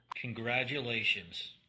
Congratulations